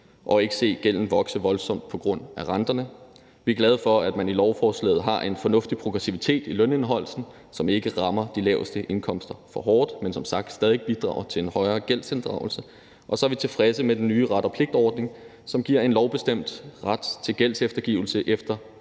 og ikke se gælden vokse voldsomt på grund af renterne. Vi er glade for, at man i lovforslaget har en fornuftig progressivitet i lønindeholdelsen, som ikke rammer de laveste indkomster for hårdt, men som sagt stadig bidrager til en højere gældsinddrivelse. Og så er vi tilfredse med den nye ret og pligt-ordning, som giver en lovbestemt ret til gældseftergivelse efter